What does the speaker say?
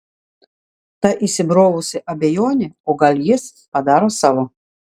ta įsibrovusi abejonė o gal jis padaro savo